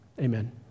Amen